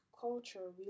culture